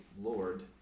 Lord